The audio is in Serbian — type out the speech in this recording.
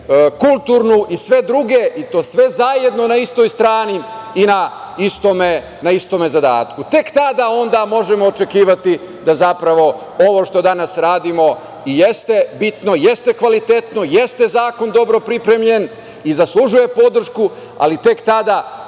kulturnu i sve druge i to zajedno na istoj strani i na istom zadatku. Tek tada onda možemo očekivati da zapravo ovo što danas radimo, jeste bitno i kvalitetno, i jeste zakon dobro pripremljen i zaslužuje podršku, ali tek tada